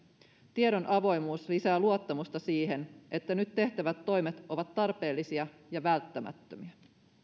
tiedon avoimuus lisää luottamusta siihen että nyt tehtävät toimet ovat tarpeellisia ja välttämättömiä